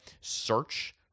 search